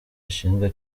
ashinjwa